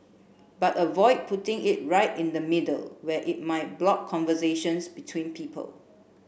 but avoid putting it right in the middle where it might block conversations between people